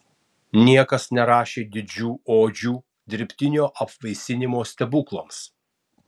niekas nerašė didžių odžių dirbtinio apvaisinimo stebuklams